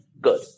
Good